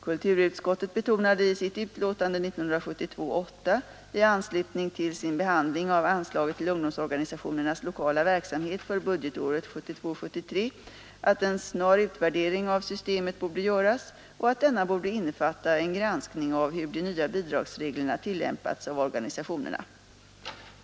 Kulturutskottet betonade i sitt utlåtande 1972:8 i anslutning till sin behandling av anslaget till ungdomsorganisationernas lokala verksamhet för budgetåret 1972/73 att en snar utvärdering av systemet borde göras och att denna borde innefatta en granskning av hur de nya bidragsreglerna tillämpats av organisationerna.